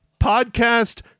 podcast